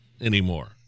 anymore